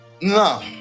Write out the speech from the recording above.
no